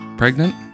pregnant